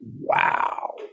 wow